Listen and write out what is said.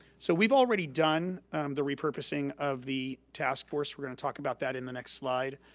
so we've already done the repurposing of the task force. we're gonna talk about that in the next slide.